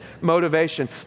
motivation